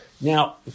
Now